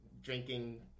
drinking